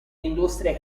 industrie